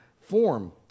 form